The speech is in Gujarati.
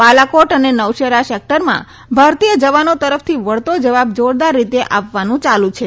બાલાકોટ અને નૌશેરા સેકટરમાં ભારતીય જવાનો તરફથી વળતો જવાબ જારદાર રીતે આપવાનું યાલુ છે